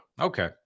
Okay